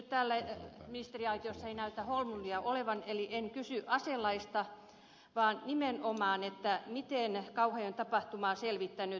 nyt ministeriaitiossa ei näytä ministeri holmlundia olevan eli en kysy aselaista vaan nimenomaan sitä miten kauhajoen tapahtumaa selvittäneen